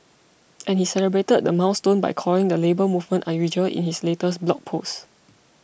and he celebrated the milestone by calling the Labour Movement unusual in his latest blog post